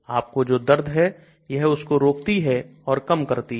आपको जो दर्द है यह उसको रोकती है और कम करती है